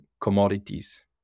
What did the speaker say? commodities